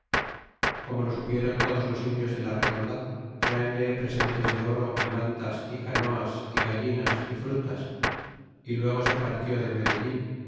como lo supiéron todos los indios de la redonda traenle presentes de oro y mantas y canoas y gallinas y frutas y luego se partió de medellin